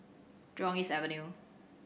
Jurong East Avenue